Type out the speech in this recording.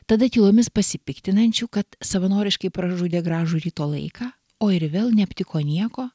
tada tylomis pasipiktinančių kad savanoriškai pražudė gražų ryto laiką o ir vėl neaptiko nieko